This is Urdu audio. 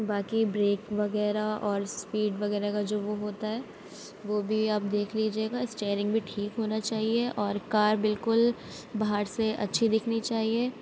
باقی بریک وغیرہ اور اسپیڈ وغیرہ کا جو وہ ہوتا ہے وہ بھی آپ دیکھ لیجیے گا اسٹیرنگ بھی ٹھیک ہونا چاہیے اور کار بالکل باہر سے اچھی دکھنی چاہیے